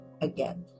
again